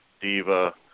Diva